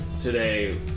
today